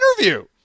interview